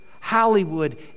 Hollywood